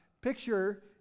picture